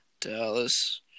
Dallas